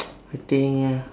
I think uh